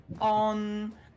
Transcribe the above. on